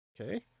okay